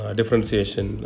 Differentiation